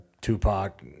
Tupac